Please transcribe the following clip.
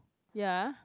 ya